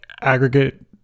aggregate